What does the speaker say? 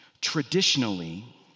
Traditionally